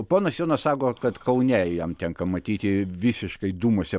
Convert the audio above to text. ponas jonas sako kad kaune jam tenka matyti visiškai dūmuose